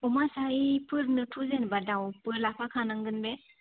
अमा जायैफोरनोथ' जेनबा दाउबो लाफाखानांगोन बे